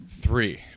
Three